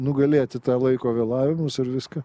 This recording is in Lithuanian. nugalėti tą laiko vėlavimus ir viską